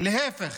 להפך,